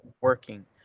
working